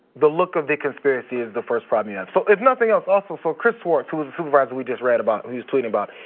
the look of the conspiracy is the first problem you have. so if nothing else also so chris schwartz, who was the supervisor we just read about, he's tweeting about,